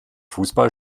fußball